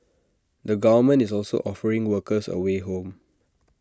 the government is also offering workers A way home